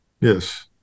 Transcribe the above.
Yes